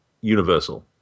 universal